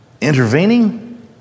intervening